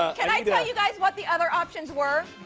ah can i tell you guys what the other options were?